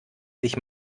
sich